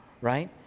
right